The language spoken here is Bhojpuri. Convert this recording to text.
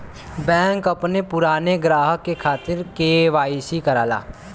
बैंक अपने पुराने ग्राहक के खातिर के.वाई.सी करला